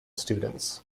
students